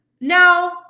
Now